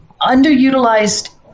underutilized